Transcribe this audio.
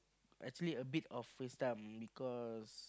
actually a bit of waste time because